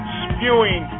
spewing